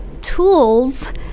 tools